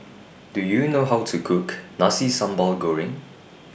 Do YOU know How to Cook Nasi Sambal Goreng